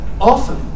often